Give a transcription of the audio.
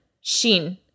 shin